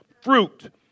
Fruit